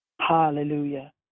Hallelujah